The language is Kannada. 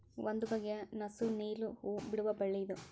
ಒಂದು ಬಗೆಯ ನಸು ನೇಲು ಹೂ ಬಿಡುವ ಬಳ್ಳಿ ಇದು